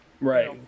Right